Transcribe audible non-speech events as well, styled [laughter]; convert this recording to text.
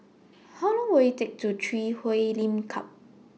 [noise] How Long Will IT Take to Walk to Chui Huay Lim Club